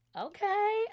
Okay